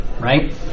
right